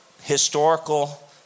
historical